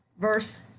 verse